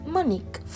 Monique